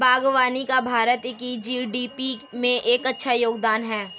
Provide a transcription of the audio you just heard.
बागवानी का भारत की जी.डी.पी में एक अच्छा योगदान है